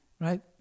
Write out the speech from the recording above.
Right